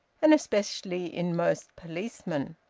and especially in most policemen.